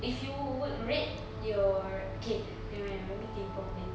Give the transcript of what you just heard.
if you would rate your okay nevermind let me think properly